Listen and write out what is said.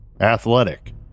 Athletic